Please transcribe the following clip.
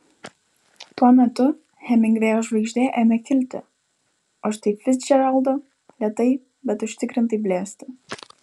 tuo metu hemingvėjaus žvaigždė ėmė kilti o štai ficdžeraldo lėtai bet užtikrintai blėsti